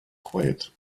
quiet